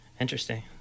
Interesting